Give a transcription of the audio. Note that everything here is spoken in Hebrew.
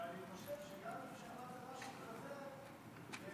אני חושב שגם אם שמעת משהו כזה זה